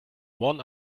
one